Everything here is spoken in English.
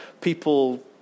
people